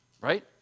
Right